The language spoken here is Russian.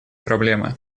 проблемы